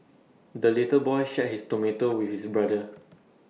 the little boy shared his tomato with his brother